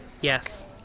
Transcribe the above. Yes